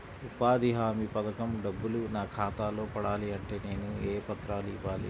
ఉపాధి హామీ పథకం డబ్బులు నా ఖాతాలో పడాలి అంటే నేను ఏ పత్రాలు ఇవ్వాలి?